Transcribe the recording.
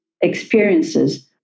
experiences